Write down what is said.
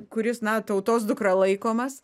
kuris na tautos dukra laikomas